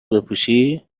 بپوشی